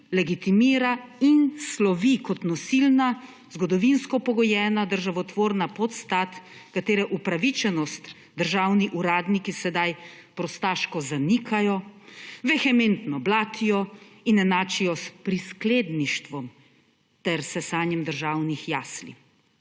legitimira in slovi kot nosilna, zgodovinsko pogojena državotvorna podstat, katere upravičenost državni uradniki sedaj prostaško zanikajo, vehementno blatijo in enačijo s priskledništvom ter s sesanjem državnih jasli.